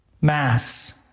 Mass